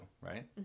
right